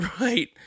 Right